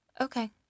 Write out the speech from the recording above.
Okay